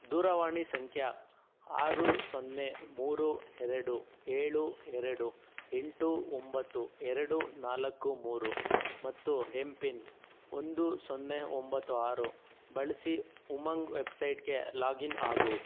ದೂರವಾಣಿ ಸಂಖ್ಯೆಯ ಆರು ಸೊನ್ನೆ ಮೂರು ಎರಡು ಏಳು ಎರಡು ಎಂಟು ಒಂಬತ್ತು ಎರಡು ನಾಲ್ಕು ಮೂರು ಮತ್ತು ಹೆಮ್ ಪಿನ್ ಒಂದು ಸೊನ್ನೆ ಒಂಬತ್ತು ಆರು ಬಳಸಿ ಉಮಂಗ್ ವೆಬ್ಸೈಟ್ಗೆ ಲಾಗಿನ್ ಆಗು